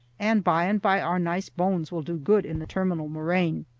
and by and by our nice bones will do good in the terminal moraine.